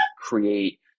create